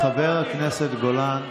חבר הכנסת גולן.